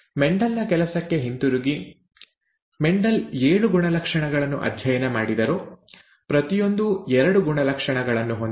Mendel ನ ಕೆಲಸಕ್ಕೆ ಹಿಂತಿರುಗಿ ಮೆಂಡೆಲ್ ಏಳು ಗುಣಲಕ್ಷಣಗಳನ್ನು ಅಧ್ಯಯನ ಮಾಡಿದರು ಪ್ರತಿಯೊಂದೂ ಎರಡು ಗುಣಲಕ್ಷಣಗಳನ್ನು ಹೊಂದಿದೆ